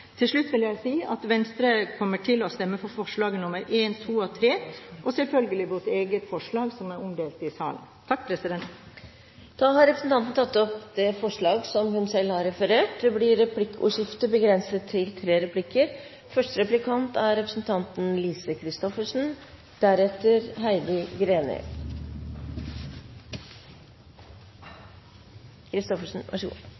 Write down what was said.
til å finne løsninger til det beste for sine innbyggere. Til slutt vil jeg si at Venstre kommer til å stemme for forslagene nr. 1, 2 og 3 og selvfølgelig vårt eget forslag, som er omdelt i salen. Representanten Borghild Tenden har tatt opp de forslag hun refererte til. Det blir replikkordskifte. Jeg har et spørsmål i tilknytning til